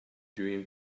dream